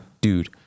dude